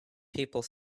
people